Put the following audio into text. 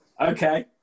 Okay